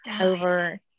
over